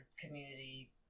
community